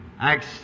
Acts